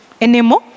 anymore